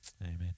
Amen